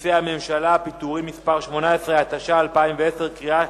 ומסי הממשלה (פטורין) (מס' 18), התש"ע 2010, קריאה